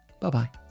Bye-bye